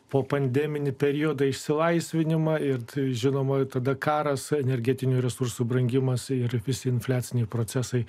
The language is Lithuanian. po pandeminį periodą išsilaisvinimą ir žinoma tada karas su energetinių resursų brangimas ir visi infliaciniai procesai